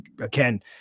again